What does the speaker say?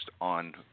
on